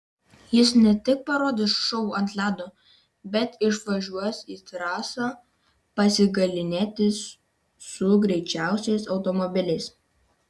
jis ne tik parodys šou ant ledo bet išvažiuos į trasą pasigalynėti su greičiausiais automobiliais